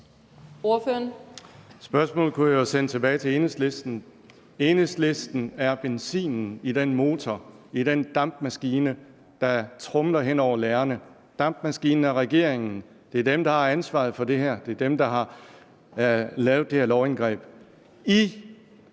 Spørgsmålet kunne jeg jo sende tilbage til Enhedslisten. Enhedslisten er brændstoffet i den motor, i den dampmaskine, der tromler hen over lærerne. Dampmaskinen er regeringen. Det er dem, der har ansvaret for det her, det er dem, der har lavet det her lovindgreb.